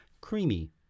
creamy